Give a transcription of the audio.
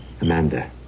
Amanda